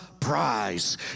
Prize